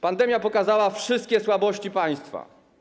Pandemia pokazała wszystkie słabości państwa.